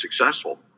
successful